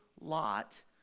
Lot